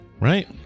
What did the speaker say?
Right